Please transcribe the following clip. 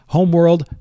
Homeworld